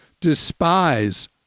despise